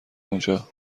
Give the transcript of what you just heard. اونجا